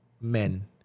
men